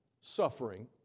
suffering